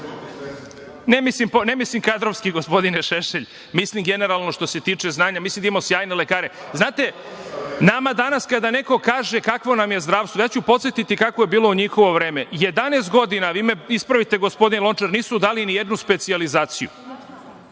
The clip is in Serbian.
)Ne mislim kadrovski, gospodine Šešelj, mislim generalno što se tiče znanja, mislim da imamo sjajne lekare. Znate, nama danas kada neko kaže – kakvo nam je zdravstvo, ja ću podsetiti kako je bilo u njihovo vreme. Jedanaest godina, vi me ispravite, gospodine Lončar, nisu dali ni jednu specijalizaciju.